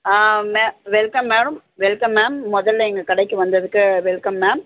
ஆ மே welcome ma'am welcome ma'am முதல்ல எங்கள் கடைக்கு வந்ததுக்கு வெல்கம் மேம்